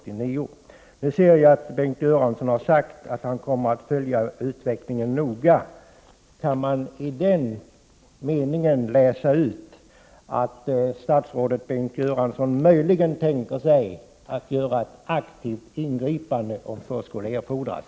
Nu ser jag att Bengt Göransson har skrivit att han kommer att följa utvecklingen noga. Kan man härav läsa ut att statsrådet möjligen tänker sig att göra ett aktivt ingripande, om så skulle erfordras?